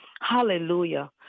Hallelujah